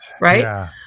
right